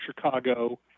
Chicago